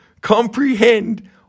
comprehend